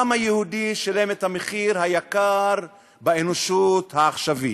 העם היהודי שילם את המחיר היקר באנושות העכשווית,